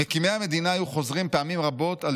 "מקימי המדינה היו חוזרים פעמים רבות על